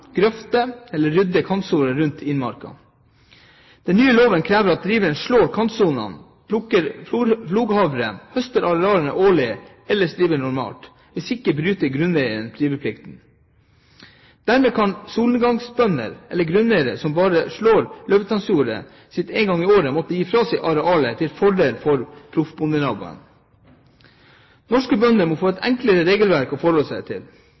grøfte eller rydde kantsoner rundt innmarken. Den nye loven krever at driveren slår kantsonene, plukker floghavre, høster arealene årlig og ellers driver normalt. Hvis ikke bryter grunneieren driveplikten. Dermed kan solnedgangsbønder eller grunneiere som bare slår løvetannjordet sitt én gang i året, måtte gi fra seg arealet til fordel for proffbondenaboen. Norske bønder må få et enklere regelverk å forholde seg til